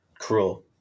Cruel